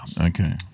Okay